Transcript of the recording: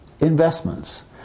investments